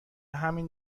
همین